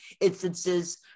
instances